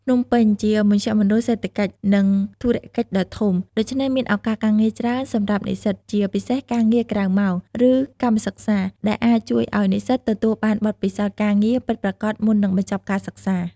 ភ្នំពេញជាមជ្ឈមណ្ឌលសេដ្ឋកិច្ច និងធុរកិច្ចដ៏ធំ ដូច្នេះមានឱកាសការងារច្រើនសម្រាប់និស្សិត ជាពិសេសការងារក្រៅម៉ោង ឬកម្មសិក្សា ដែលអាចជួយឲ្យនិស្សិតទទួលបានបទពិសោធន៍ការងារពិតប្រាកដមុននឹងបញ្ចប់ការសិក្សា។